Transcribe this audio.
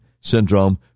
syndrome